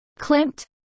Klimt